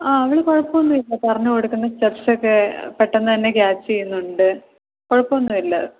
ആ അവൾ കുഴപ്പം ഒന്നും ഇല്ല പറഞ്ഞ് കൊടുക്കുന്ന സ്റ്റെപ്പ്സ് ഒക്കെ പെട്ടെന്ന് തന്നെ ക്യാച്ച് ചെയ്യുന്നുണ്ട് കുഴപ്പം ഒന്നും ഇല്ല